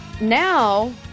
Now